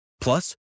Plus